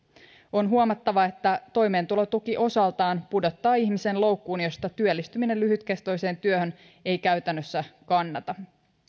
on huomattava että toimeentulotuki osaltaan pudottaa ihmisen loukkuun josta työllistyminen lyhytkestoiseen työhön ei käytännössä kannata